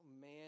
man